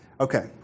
Okay